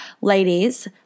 ladies